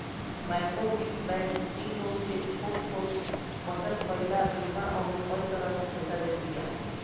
माइक्रोवित्त बैंक इ लोग के छोट छोट बचत कईला, बीमा अउरी कई तरह के सुविधा देत बिया